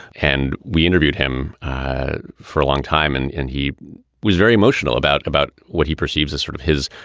and we interviewed him for a long time. and and he was very emotional about about what he perceives as sort of his